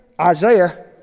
Isaiah